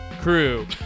crew